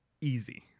easy